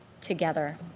together